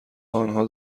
آنها